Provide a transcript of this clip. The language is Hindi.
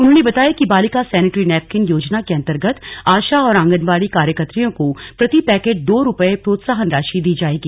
उन्होंने बताया कि बालिका सैनेट्री नैपकिन योजना के अंतर्गत आशा और आंगनबाड़ी कार्यकत्रियों को प्रति पैकेट दो रुपये प्रोत्साहन राशि दी जाएगी